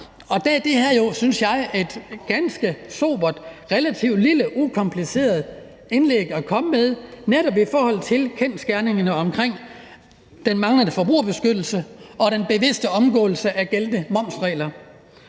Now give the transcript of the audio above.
synes jeg, et ganske sobert, relativt lille, ukompliceret indlæg at komme med netop i forhold til kendsgerningerne omkring den manglende forbrugerbeskyttelse og den bevidste omgåelse af gældende momsregler.